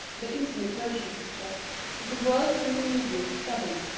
the intimate motion picture is the world's new medium for studying,